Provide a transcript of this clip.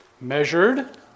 Measured